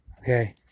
okay